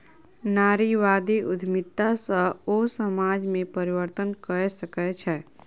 नारीवादी उद्यमिता सॅ ओ समाज में परिवर्तन कय सकै छै